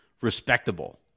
respectable